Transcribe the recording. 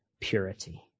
purity